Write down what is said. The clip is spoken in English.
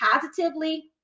positively